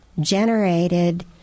generated